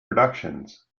productions